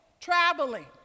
traveling